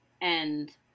and-